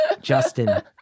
Justin